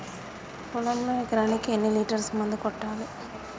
పొలంలో ఎకరాకి ఎన్ని లీటర్స్ మందు కొట్టాలి?